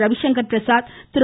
Ravishankar Prasad Thiru